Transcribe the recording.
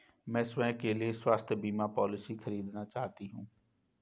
मैं स्वयं के लिए स्वास्थ्य बीमा पॉलिसी खरीदना चाहती हूं